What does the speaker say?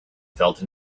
felt